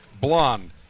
blonde